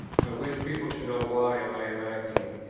i wish people to know why i am acting,